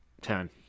Ten